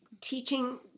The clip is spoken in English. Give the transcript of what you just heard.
Teaching